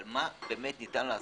מה באמת ניתן לעשות?